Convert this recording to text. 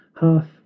half